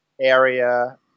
area